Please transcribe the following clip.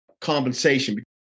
compensation